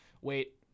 Wait